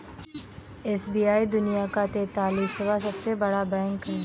SBI दुनिया का तेंतालीसवां सबसे बड़ा बैंक है